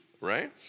right